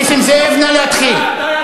נסים זאב, נא להתחיל.